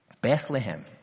Bethlehem